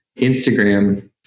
Instagram